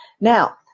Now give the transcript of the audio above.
Now